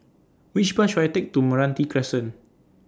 Which Bus should I Take to Meranti Crescent